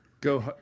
Go